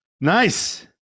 Nice